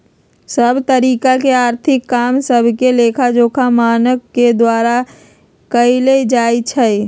सभ तरिका के आर्थिक काम सभके लेखाजोखा मानक के द्वारा कएल जाइ छइ